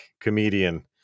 comedian